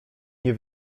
nie